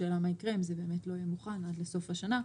השאלה מה יקרה אם זה לא יהיה מוכן עד לסוף השנה,